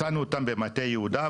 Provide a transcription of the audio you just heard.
מצאנו אותם במטה יהודה.